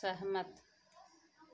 सहमत